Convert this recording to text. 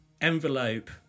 envelope